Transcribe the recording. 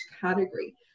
category